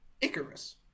Icarus